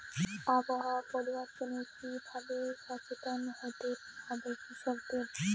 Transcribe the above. আবহাওয়া পরিবর্তনের কি ভাবে সচেতন হতে হবে কৃষকদের?